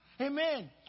Amen